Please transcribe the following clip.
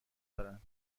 دارند